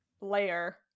layer